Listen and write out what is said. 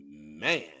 Man